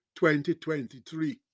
2023